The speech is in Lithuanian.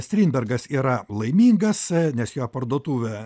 strindbergas yra laimingas nes jo parduotuvė